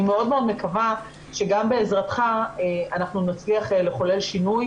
אני מאוד מאוד מקווה שגם בעזרתך אנחנו נצליח לחולל שינוי.